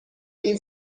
این